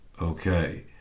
Okay